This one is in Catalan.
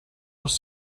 les